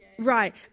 Right